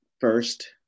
first